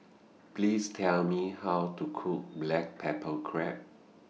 Please Tell Me How to Cook Black Pepper Crab